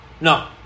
No